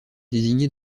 désigné